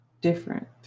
different